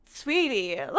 sweetie